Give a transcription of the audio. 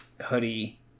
hoodie